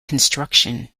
construction